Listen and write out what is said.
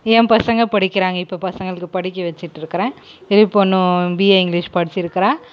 என் பசங்க படிக்கிறாங்க இப்போ பசங்களுக்கு படிக்க வச்சிகிட்டு இருக்கிறேன் இது பொண்ணும் பிஏ இங்கிலிஷ் படிச்சிருக்குறா